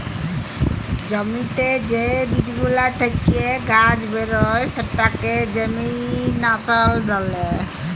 জ্যমিতে যে বীজ গুলা থেক্যে গাছ বেরয় সেটাকে জেমিনাসল ব্যলে